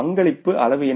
பங்களிப்பு அளவு என்ன